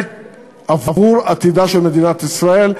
ועבור עתידה של מדינת ישראל.